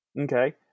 Okay